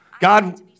God